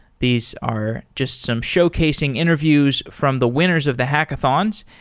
these are just some showcasing interviews from the winners of the hackathons.